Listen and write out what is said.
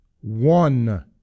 One